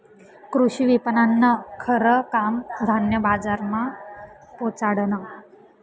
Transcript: कृषी विपणननं खरं काम धान्य बजारमा पोचाडनं